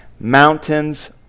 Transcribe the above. mountains